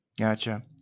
Gotcha